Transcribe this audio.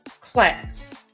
class